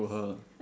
to her